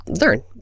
learn